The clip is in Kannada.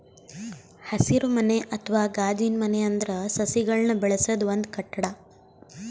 ಹಸಿರುಮನೆ ಅಥವಾ ಗಾಜಿನಮನೆ ಅಂದ್ರ ಸಸಿಗಳನ್ನ್ ಬೆಳಸದ್ ಒಂದ್ ಕಟ್ಟಡ